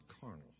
carnal